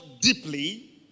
deeply